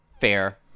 Fair